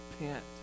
repent